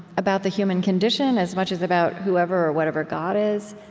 about the human condition, as much as about whoever or whatever god is,